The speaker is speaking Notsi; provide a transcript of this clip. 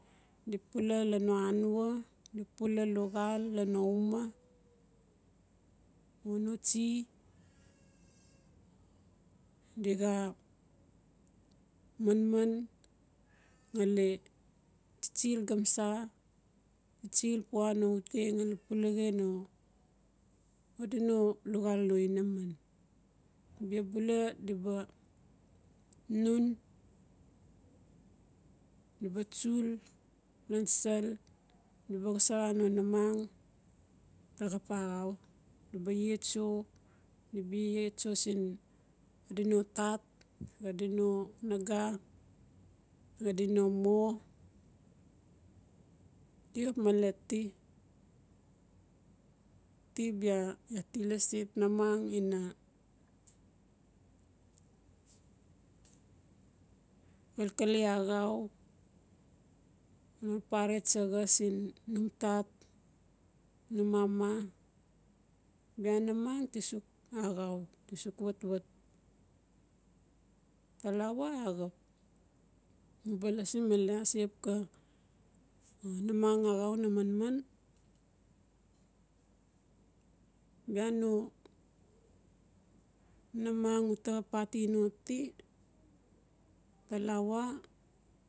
Di pula lan no anua di pula luxal lan no uma o no tsie dixa manman ngali tsitsil goma tsitsil puano uteng ngali pulaxi no xadino luxal no inaman. Bia bula diba nuun diba tsul nan sal diba xosara no namang taxap axau diva iee tso diba iee tso siin xadina tat xadino naga xadino mo. Di xap malen ti ti bia iaa ti lasi namang ina xalkale axau pare tsaxa siin num tat num mama bia namang tusuk axau tisuk watwat. Talawa axap uba lasi male ase xapka namang axau na manman bia no namang uta xap atino ti talawa.